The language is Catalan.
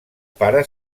pare